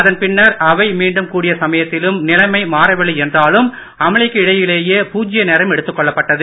அதன் பின்னர் அவை மீண்டும் கூடிய சமயத்திலும் நிலைமை மாறவில்லை என்றாலும் அமளிக்கு இடையிலேயே பூஜ்ய நேரம் எடுத்துக் கொள்ளப்பட்டது